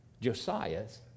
josiah's